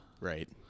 Right